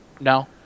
No